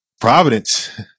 Providence